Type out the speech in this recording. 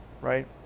right